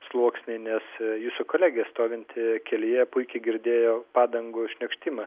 sluoksniai nes jūsų kolegė stovinti kelyje puikiai girdėjo padangų šniokštimą